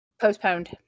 postponed